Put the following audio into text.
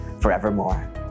forevermore